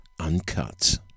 uncut